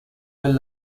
del